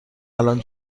الان